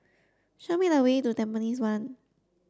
show me the way to Tampines one